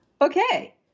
okay